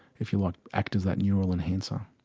if you like, act as that neural enhancer.